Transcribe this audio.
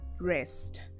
rest